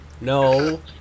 No